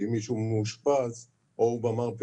כי אם מישהו מאושפז או שהוא במרפאה,